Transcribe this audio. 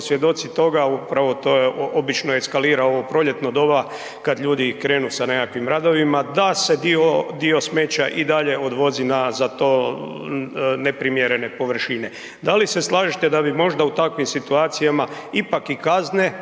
svjedoci toga, upravo to obično eskalira u ovo proljetno doba kad ljudi krenu sa nekakvim radovima, da se dio smeća i dalje odvozi na za to neprimjerene površine. Da li se slažete da bi možda u takvim situacijama ipak i kazne,